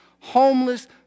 homeless